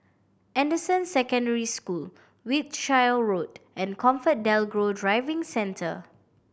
Anderson Secondary School Wiltshire Road and ComfortDelGro Driving Centre